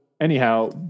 anyhow